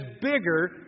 bigger